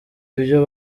ibyo